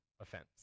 offense